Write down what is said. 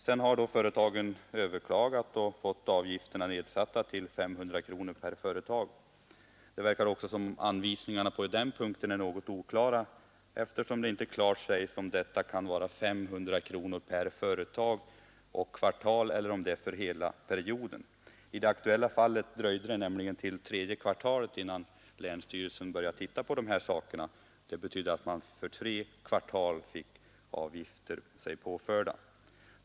Sedan har företagen överklagat och fått avgifterna nedsatta till 500 kronor per företag. Det verkar emellertid som om anvisningarna också på denna punkt är något oklara, eftersom det inte klart framgår om det skall vara 500 kronor per företag och kvartal eller om avgiften gäller hela perioden. I ett fall dröjde det nämligen till tredje kvartalet innan länsstyrelsen började granska dessa frågor — det innebar att företaget fick sig påfört avgifter för tre kvartal.